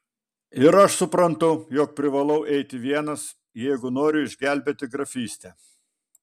ir aš suprantu jog privalau eiti vienas jeigu noriu išgelbėti grafystę